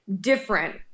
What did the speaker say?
different